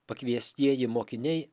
pakviestieji mokiniai